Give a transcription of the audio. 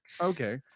Okay